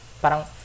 Parang